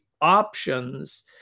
options